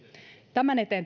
tämän eteen